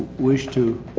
wish to,